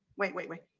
wait, wait, wait.